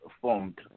formed